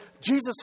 Jesus